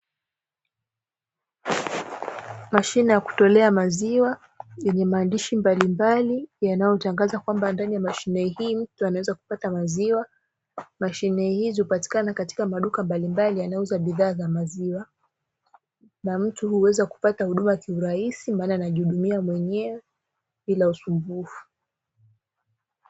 Mashine ya kutolea maziwa yenye maandishi mbalimbali, inayotangaza ndani ya mashine hio mtu anaweza kupata maziwa. Mashine hiYo inapatikana katika maduka yanayouza bidhaa za maziwa, na mtu huweza kupata maziwa kiurahisi maana anajihudumia bila usumbufu.